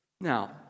Now